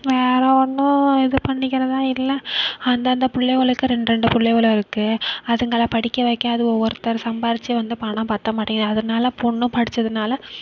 வேற ஒன்றும் இது பண்ணிக்கிறதாக இல்லை அந்தந்த பிள்ளைவோளுக்கு ரெண்டு ரெண்டு பிள்ளைவோளு இருக்குது அதுங்களை படிக்க வைக்க அதுவோ ஒருத்தர் சம்பாதிச்சி வந்து பணம் பற்ற மாட்டேங்கிது அதனால் பொண்ணும் படிச்சதனால்